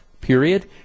period